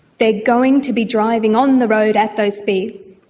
they are going to be driving on the road at those speeds.